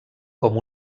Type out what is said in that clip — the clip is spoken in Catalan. com